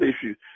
issues